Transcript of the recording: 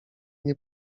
nie